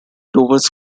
doves